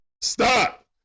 stop